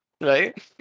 Right